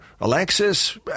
Alexis